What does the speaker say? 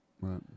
Right